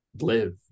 live